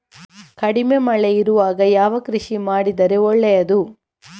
ಕಡಿಮೆ ಮಳೆ ಇರುವಾಗ ಯಾವ ಕೃಷಿ ಮಾಡಿದರೆ ಒಳ್ಳೆಯದು?